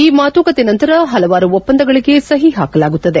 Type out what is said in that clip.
ಈ ಮಾತುಕತೆ ನಂತರ ಹಲವಾರು ಒಪ್ಪಂದಗಳಿಗೆ ಸಹಿ ಹಾಕಲಾಗುತ್ತದೆ